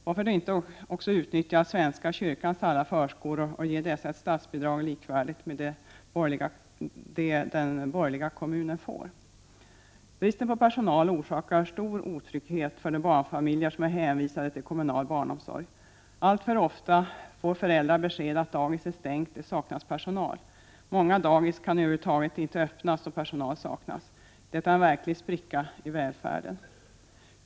Varför då inte också utnyttja svenska kyrkans alla förskolor och ge dessa ett statsbidrag likvärdigt med det som den borgerliga kommunen får? Bristen på personal orsakar stor otrygghet för de barnfamiljer som är hänvisade till kommunal barnomsorg. Alltför ofta får föräldrarna besked att dagis är stängt, att det saknas personal. Många dagis kan över huvud taget ej öppnas då personal saknas. Detta är en viktig spricka i välfärden.